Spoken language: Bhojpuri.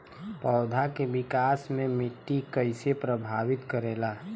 पौधा के विकास मे मिट्टी कइसे प्रभावित करेला?